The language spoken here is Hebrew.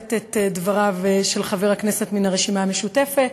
מקבלת את דבריו של חבר הכנסת מן הרשימה המשותפת.